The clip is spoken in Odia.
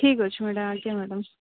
ଠିକ୍ ଅଛି ମ୍ୟାଡ଼ାମ୍ ଆଜ୍ଞା ମ୍ୟାଡ଼ାମ୍